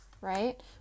right